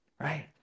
right